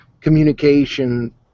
communication